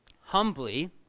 humbly